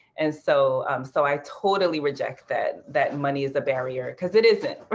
and so um so i totally reject that that money is a barrier, because it isn't.